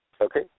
Okay